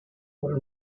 for